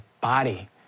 body